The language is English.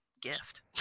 gift